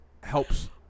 helps